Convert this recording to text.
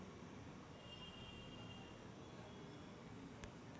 Bhim UPI हे app वापराले सोपे हाय का?